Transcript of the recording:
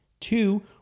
Two